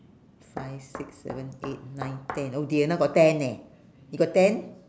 five six seven eight nine ten oh dear now got ten eh you got ten